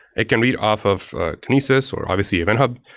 it can read off of kinesis, or obviously event hub,